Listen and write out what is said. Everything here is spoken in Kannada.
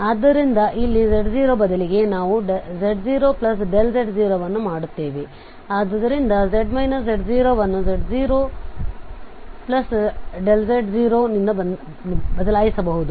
ಆದ್ದರಿಂದ ಇಲ್ಲಿ z0 ಬದಲಿಗೆ ನಾವು ಈಗz0z0 ಅನ್ನು ಮಾಡುತ್ತೇವೆ ಆದ್ದರಿಂದz z0 ಅನ್ನು z0 z0z0z0 ನಿಂದ ಬದಲಾಯಿಸಲಾಗುತ್ತದೆ